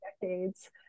decades